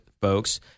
folks